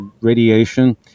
radiation